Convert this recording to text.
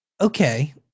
Okay